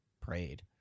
prayed